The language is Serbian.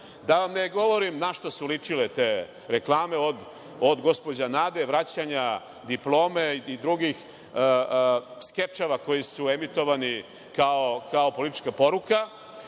Da vam ne govorim na šta su ličile te reklame, od gospođa Nade, vraćanja diplome i drugih skečeva koji su emitovani kao politička poruka. Da